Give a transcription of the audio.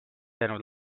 jäänud